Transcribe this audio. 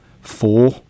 four